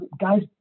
guys